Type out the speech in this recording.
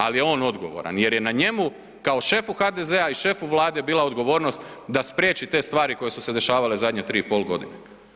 Ali je on odgovoran jer je na njemu kao šefu HDZ-a i šefu Vlade bila odgovornost da spriječi te stvari koje su se dešavale zadnje 3 i pol godine.